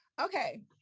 Okay